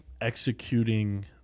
executing